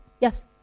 Yes